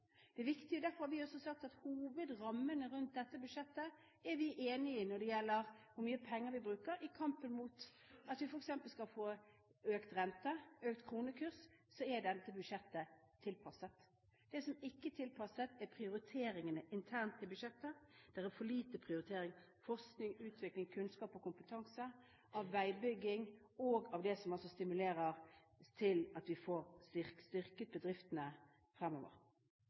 Det er viktig å holde makroøkonomien på plass. Derfor har vi også sagt at hovedrammene rundt dette budsjettet er vi enig i når det gjelder hvor mye penger vi bruker. I kampen mot at vi f.eks. skal få økt rente, økt kronekurs, er dette budsjettet tilpasset. Det som ikke er tilpasset, er prioriteringene internt i budsjettet. Det er for lite prioritering når det gjelder forskning, utvikling, kunnskap og kompetanse, av veibygging og av det som altså stimulerer til at vi får styrket bedriftene